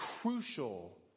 crucial